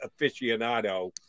aficionado